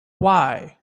why